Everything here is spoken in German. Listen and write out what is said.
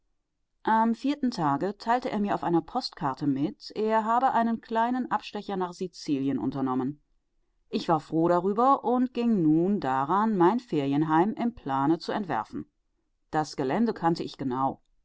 am vierten tage teilte er mir auf einer postkarte mit er habe einen kleinen abstecher nach sizilien unternommen ich war froh darüber und ging nun daran mein ferienheim im plane zu entwerfen das gelände kannte ich